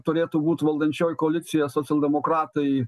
turėtų būt valdančioji koalicija socialdemokratai